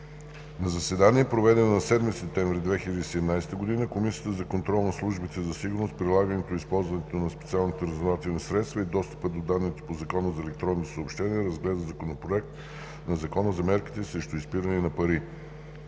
На заседание, проведено на 7 септември 2017 г., Комисията за контрол над службите за сигурност, прилагането и използването на специалните разузнавателни средства и достъпа до данните по Закона за електронните съобщения разгледа Законопроект на Закона за мерките срещу изпирането на пари.